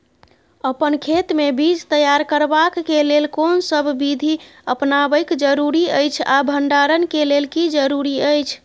अपन खेत मे बीज तैयार करबाक के लेल कोनसब बीधी अपनाबैक जरूरी अछि आ भंडारण के लेल की जरूरी अछि?